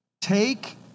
Take